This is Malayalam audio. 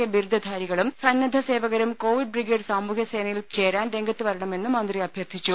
എ ബിരുദധാരികളും സന്നദ്ധസേവകരും കോവിഡ് ബ്രിഗേഡ് സാമൂഹ്യ സേനയിൽ ചേരാൻ രംഗത്തുവരണമെന്നും മന്ത്രി അഭ്യർത്ഥിച്ചു